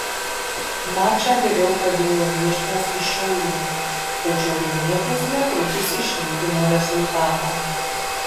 mačą geriau pradėjo viešnios iš šiaulių tačiau vilnietės netrukus išlygino rezultatą